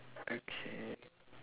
okay